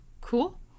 Cool